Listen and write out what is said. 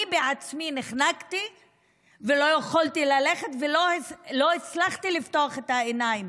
אני בעצמי נחנקתי ולא יכולתי ללכת ולא הצלחתי לפתוח את העיניים,